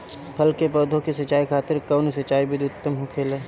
फल के पौधो के सिंचाई खातिर कउन सिंचाई विधि उत्तम होखेला?